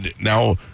now